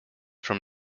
from